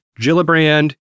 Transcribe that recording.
Gillibrand